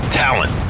talent